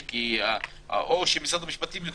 אבל אני רוצה לנסוע לעבודה כדי לשלם את החוב לא,